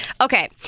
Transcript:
Okay